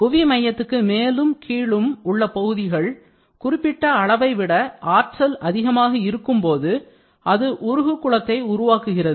குவி மையத்துக்கு மேலும் கீழும் உள்ள பகுதிகளில் குறிப்பிட்ட அளவைவிட ஆற்றல் அதிகமாக இருக்கும்போது அது உருகு குளத்தை உருவாக்குகிறது